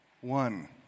One